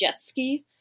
Jetski